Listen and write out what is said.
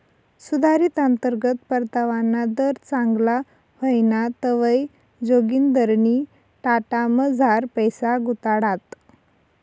सुधारित अंतर्गत परतावाना दर चांगला व्हयना तवंय जोगिंदरनी टाटामझार पैसा गुताडात